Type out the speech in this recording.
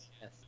Yes